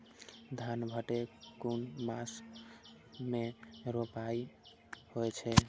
धान भदेय कुन मास में रोपनी होय छै?